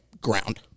ground